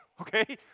okay